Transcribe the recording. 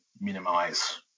minimize